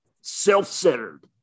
Self-centered